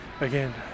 Again